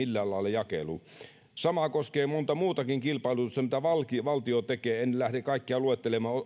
jakeluun sama koskee montaa muutakin kilpailutusta mitä valtio tekee en lähde kaikkia luettelemaan